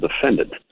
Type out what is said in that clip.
defendant